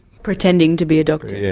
pretending to be a doctor? yeah.